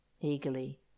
eagerly